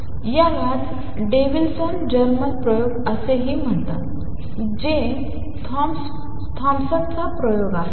तर यालाच Davisson Germer प्रयोग असेही म्हणतात जे थॉम्पसनचा प्रयोग आहे